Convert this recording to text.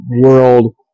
world